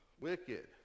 wicked